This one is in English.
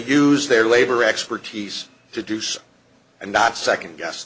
use their labor expertise to do so and not second guess